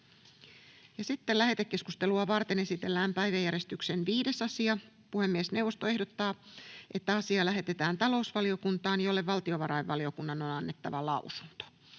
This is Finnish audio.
Content: Lähetekeskustelua varten esitellään päiväjärjestyksen 5. asia. Puhemiesneuvosto ehdottaa, että asia lähetetään talousvaliokuntaan, jolle valtiovarainvaliokunnan on annettava lausunto.